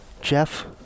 Jeff